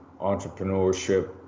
entrepreneurship